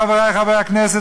חברי חברי הכנסת,